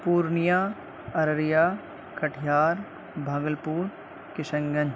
Purnia Araria Katihar Bhagalpur Kishan Ganj